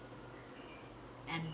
em~